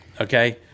Okay